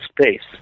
space